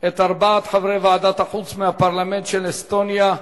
את ארבעת חברי ועדת החוץ מהפרלמנט של אסטוניה.